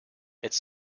its